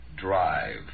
drive